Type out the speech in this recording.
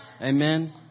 Amen